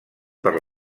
per